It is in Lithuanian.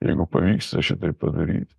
jeigu pavyksta šitai padaryt